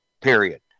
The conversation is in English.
Period